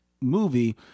movie